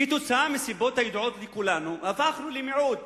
כתוצאה מסיבות הידועות לכולנו הפכנו למיעוט